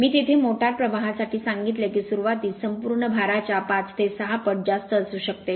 मी तेथे मोटार प्रवाहासाठी सांगितले की सुरुवातीस संपूर्ण भाराच्या 5 ते 6 पट जास्त असू शकते